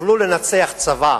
תוכלו לנצח צבא.